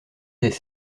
des